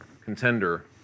contender